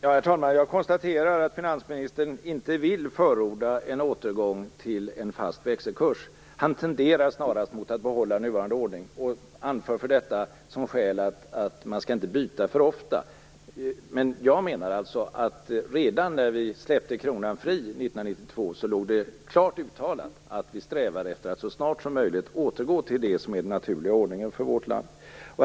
Herr talman! Jag konstaterar att finansministern inte vill förorda en återgång till en fast växelkurs. Han tenderar snarast att vilja behålla nuvarande ordning och anför som skäl för detta att man inte skall byta för ofta. Men jag menar att det redan när vi släppte kronan fri 1992 var klart uttalat att vi strävade efter att så snart som möjligt återgå till det som är den naturliga ordningen för vårt land.